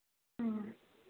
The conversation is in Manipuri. ꯎꯝ